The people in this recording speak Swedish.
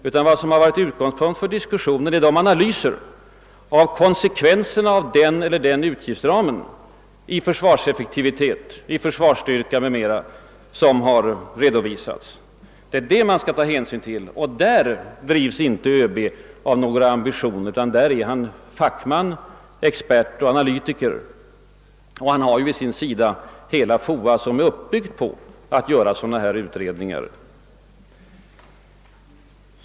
Utgångs punkt för diskussionen har i stället varit de analyser av konsekvenserna — av den ena eller andra utgiftsramen — när det gäller försvarseffekt, försvarsstyrka m.m. som redovisats. Därvidlag drivs inte ÖB av några ambitioner. Han är fackman, expert och analytiker. Han har till sitt förfogande hela FOA, som är uppbyggt för att göra dylika utredningär.